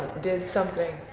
did something.